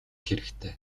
хэрэгтэй